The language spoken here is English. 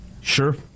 Sure